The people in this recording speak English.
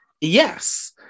Yes